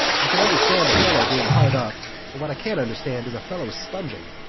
i can understand a fellow being hard up, but what i can't understand is a fellow sponging.